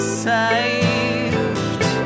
saved